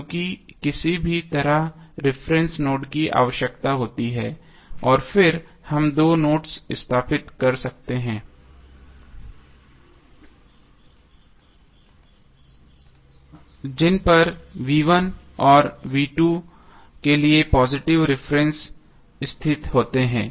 क्योंकि किसी भी तरह रिफरेन्स नोड की आवश्यकता होती है और फिर हम दो नोड्स स्थापित करते सकते हैं जिन पर और के लिए पॉजिटिव रिफरेन्स स्थित होते हैं